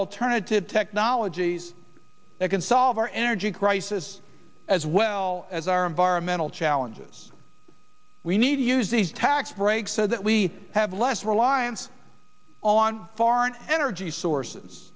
alternative technologies that can solve our energy crisis as well as our environmental challenges we need to use these tax breaks so that we have less reliance on foreign energy sources